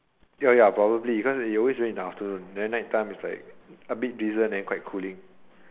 ya ya probably because it always rain in the afternoon then night time a bit drizzle then quite cooling